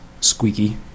squeaky